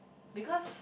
because